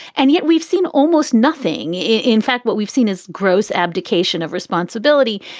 and yet we've seen almost nothing. in fact, what we've seen is gross abdication of responsibility.